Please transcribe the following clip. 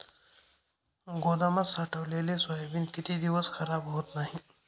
गोदामात साठवलेले सोयाबीन किती दिवस खराब होत नाही?